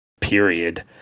period